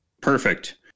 Perfect